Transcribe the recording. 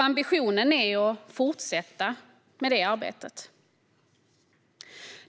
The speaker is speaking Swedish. Ambitionen är att fortsätta med detta arbete.